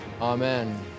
Amen